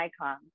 icon